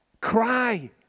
cry